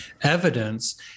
evidence